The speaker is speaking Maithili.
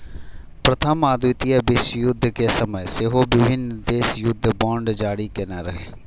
प्रथम आ द्वितीय विश्वयुद्ध के समय सेहो विभिन्न देश युद्ध बांड जारी केने रहै